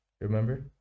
Remember